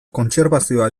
kontserbazioa